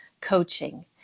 coaching